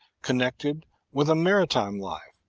connected with a maritime life,